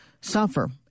suffer